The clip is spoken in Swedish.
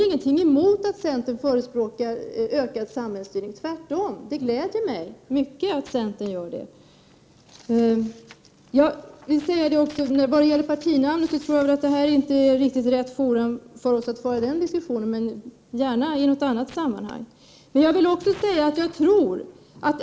1989/90:45 förespråkar ökad samhällsstyrning — tvärtom gläder det mig mycket att cen 13 december 1989 tern gör det. SETS SKL Lt Vad gäller partinamnet, tror jag inte att det här är rätt forum att föra den diskussionen, men jag gör det gärna i något annat sammanhang.